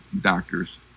doctors